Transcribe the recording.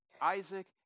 Isaac